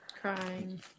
crying